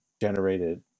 generated